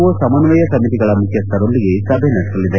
ಒ ಸಮನ್ವಯ ಸಮಿತಿಗಳ ಮುಖ್ಯಸ್ವರೊಂದಿಗೆ ಸಭೆ ನಡೆಸಲಿದೆ